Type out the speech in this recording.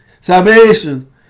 Salvation